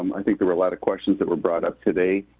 um i think there were a lot of questions that were brought up today.